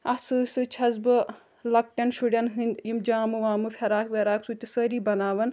اَتھ سۭتۍ سۭتۍ چھس بہٕ لۄکٹٮ۪ن شُرٮ۪ن ہٕںٛدۍ یِم جامہٕ وامہٕ فراق وراق سُہ تہِ سٲری بَناوان